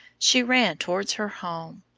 she ran towards her home.